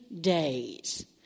days